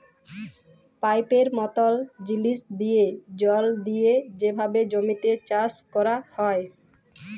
পাইপের মতল জিলিস দিঁয়ে জল দিঁয়ে যেভাবে জমিতে চাষ ক্যরা হ্যয়